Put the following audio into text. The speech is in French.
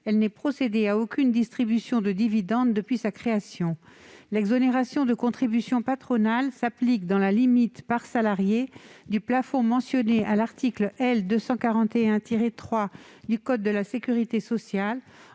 elle n'ait procédé à aucune distribution de dividendes depuis sa création. L'exonération de contribution patronale s'applique dans la limite, par salarié, du plafond mentionné à l'article L. 241-3 du code de la sécurité sociale,